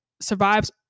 survives